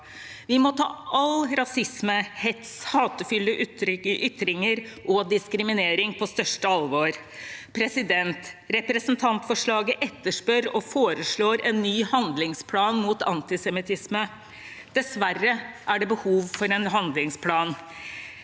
Vi må ta alt av rasisme, hets, hatefulle ytringer og diskriminering på største alvor. Representantforslaget etterspør og foreslår en ny handlingsplan mot antisemittisme. Dessverre er det behov for en handlingsplan.